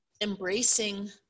embracing